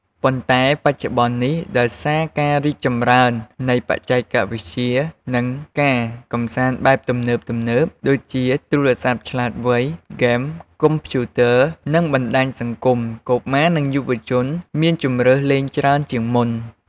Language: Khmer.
ប៉ុន្តែបច្ចុប្បន្ននេះ ដោយសារការរីកចម្រើននៃបច្ចេកវិទ្យា និងការកម្សាន្តបែបទំនើបៗ ដូចជាទូរសព្ទឆ្លាតវៃ ហ្គេមកុំព្យូទ័រ និងបណ្តាញសង្គម កុមារ និងយុវជនមានជម្រើសលេងច្រើនជាងមុន។